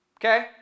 okay